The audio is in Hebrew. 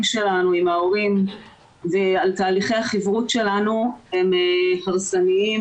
שלנו עם ההורים ועל תהליכי החִברוּת שלנו הם הרסניים,